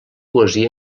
poesia